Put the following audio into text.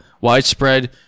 widespread